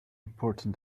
important